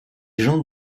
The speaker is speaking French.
jean